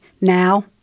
now